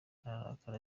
ararakara